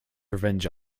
revenge